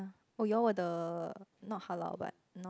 oh you all were the not halal but